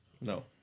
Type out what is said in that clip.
No